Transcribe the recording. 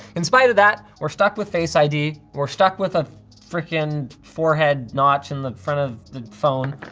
in spite of that, we're stuck with face id. we're stuck with a frickin' forehead notch in the front of the phone.